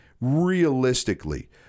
realistically